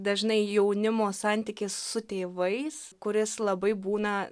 dažnai jaunimo santykis su tėvais kuris labai būna